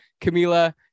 Camila